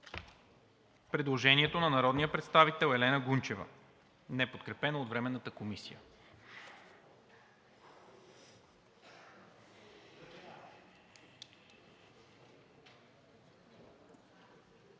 предложението на народния представител Елена Гунчева, неподкрепено от Временната комисия.